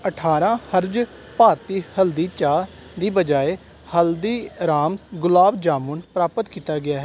ਅਠਾਰਾਂ ਹਰਜ਼ ਭਾਰਤੀ ਹਲਦੀ ਚਾਹ ਦੀ ਬਜਾਏ ਹਲਦੀ ਰਾਮਸ ਗੁਲਾਬ ਜਾਮੁਨ ਪ੍ਰਾਪਤ ਕੀਤਾ ਗਿਆ ਹੈ